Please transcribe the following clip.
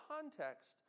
context